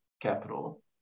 capital